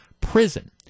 prison